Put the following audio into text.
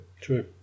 True